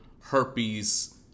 herpes